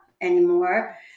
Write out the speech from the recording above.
anymore